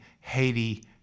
Haiti